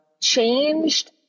changed